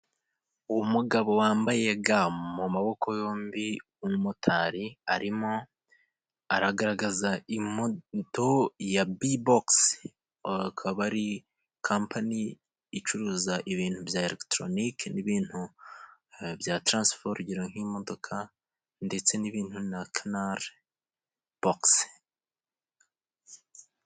Umugabo wambaye ga mu maboko yombi w'umumotari, arimo aragaragaza imoto ya bibogisi, ikaba ari kampani icuruza ibintu bya elegitoronike, n'ibintu bya taransiporo, urugero nk'imodoka, ndetse n'ibintu na canari bogisi.